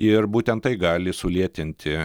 ir būtent tai gali sulėtinti